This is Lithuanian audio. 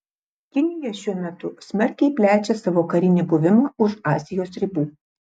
kinija šiuo metu smarkiai plečia savo karinį buvimą už azijos ribų